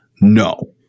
no